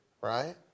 right